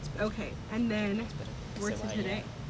ok, and then we're to today,